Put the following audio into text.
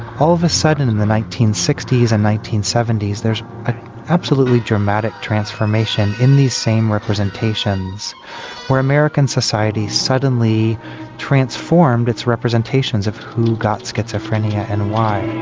all of a sudden in the nineteen sixty s and the nineteen seventy s there's an absolutely dramatic transformation in these same representations where american society suddenly transformed its representations of who got schizophrenia and why.